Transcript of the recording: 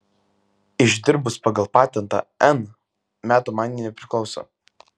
išdirbus pagal patentą n metų man ji nepriklauso